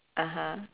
(uh huh)